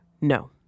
No